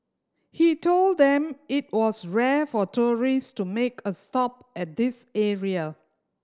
he told them it was rare for tourist to make a stop at this area